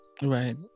Right